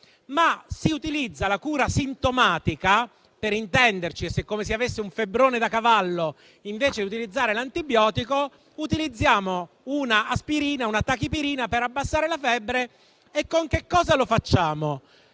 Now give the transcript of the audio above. ma utilizzando la cura sintomatica, per intenderci. È come se chi avesse un febbrone da cavallo, invece di utilizzare l'antibiotico, prendesse un'aspirina o una tachipirina per abbassare la febbre. Con che cosa facciamo